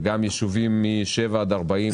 וגם יישובים מ-7 קילומטרים ועד 40 קילומטרים,